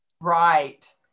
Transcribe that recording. Right